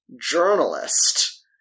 journalist